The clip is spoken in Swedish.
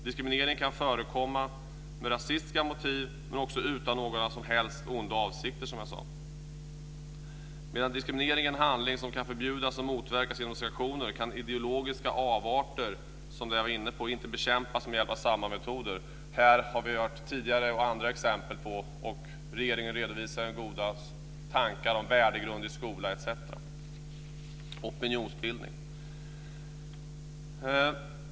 Diskriminering kan förekomma med rasistiska motiv men också utan några som helst onda avsikter, som jag sade. Medan diskriminering är en handling som kan förbjudas och motverkas genom sanktioner kan ideologiska avarter som dem jag var inne på inte bekämpas med hjälp av samma metoder. Det här har vi tidigare hört andra exempel på, och regeringen redovisar goda tankar om värdegrund i skolan, opinionsbildning etc.